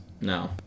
No